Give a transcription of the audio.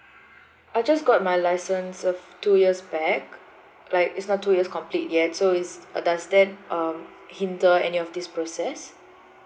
I just got my license of two years back like it's not two years complete yet so it's does that um hinder any of these process